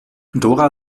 dora